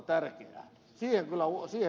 siihen kyllä luotan